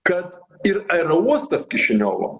kad ir aerouostas kišiniovo